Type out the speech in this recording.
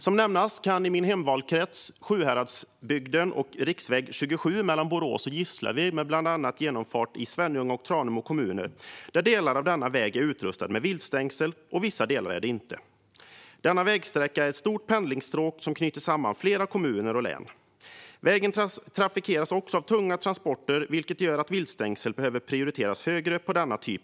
Som exempel kan jag nämna min valkrets Sjuhärad och riksväg 27 mellan Borås och Gislaved med bland annat genomfart i Svenljunga och Tranemo kommuner. Delar av denna väg är utrustad med viltstängsel. Vissa delar är det inte. Vägsträckan är ett stort pendlingsstråk som knyter samman flera kommuner och län. Vägen trafikeras också av tunga transporter, vilket gör att viltstängsel behöver prioriteras högre.